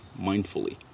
mindfully